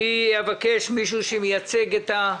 אבקש לשמוע מישהו שמייצג את המסעדנים.